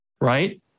right